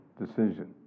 decision